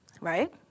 right